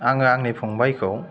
आङो आंनि फंबायखौ